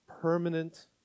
permanent